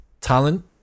talent